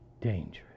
dangerous